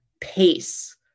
pace